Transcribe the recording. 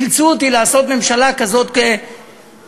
אילצו אותי לעשות ממשלה כזו מקרטעת,